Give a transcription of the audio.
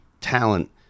talent